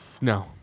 No